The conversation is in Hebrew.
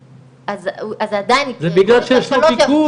אז זה עדיין יקרה -- זה בגלל שיש לו ביקוש.